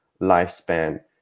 lifespan